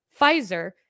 Pfizer